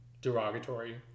derogatory